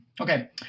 Okay